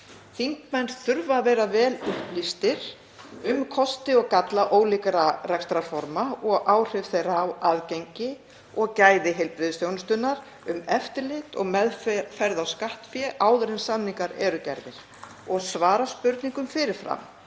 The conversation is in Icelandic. Þingmenn þurfa að vera vel upplýstir um kosti og galla ólíkra rekstrarforma og áhrif þeirra á aðgengi og gæði heilbrigðisþjónustunnar, um eftirlit og meðferð á skattfé áður en samningar eru gerðir og svara spurningum fyrir fram